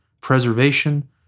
preservation